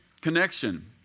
connection